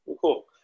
Cool